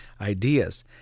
ideas